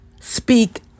speak